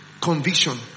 conviction